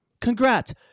congrats